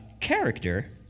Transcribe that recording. character